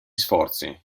sforzi